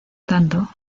tanto